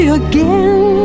again